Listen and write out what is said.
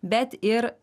bet ir